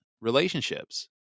relationships